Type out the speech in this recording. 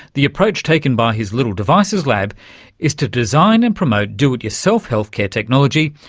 the approach taken by his little devices lab is to design and promote do-it-yourself health-care technology,